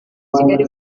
kigali